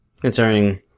Concerning